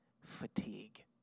fatigue